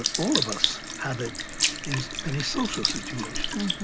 ah all of us have it in many social situations.